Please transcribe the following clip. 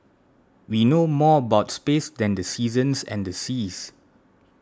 we know more about space than the seasons and the seas